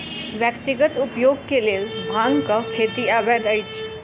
व्यक्तिगत उपयोग के लेल भांगक खेती अवैध अछि